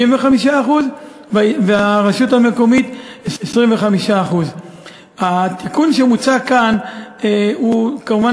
75% והרשות המקומית תשלם 25%. התיקון שמוצע כאן הוא כמובן